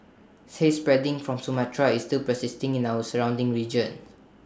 haze spreading from Sumatra is still persisting in our surrounding region